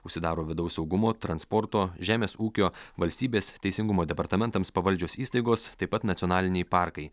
užsidaro vidaus saugumo transporto žemės ūkio valstybės teisingumo departamentams pavaldžios įstaigos taip pat nacionaliniai parkai